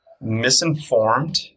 misinformed